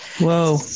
Whoa